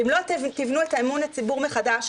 אם לא תבנו את אמון הציבור מחדש,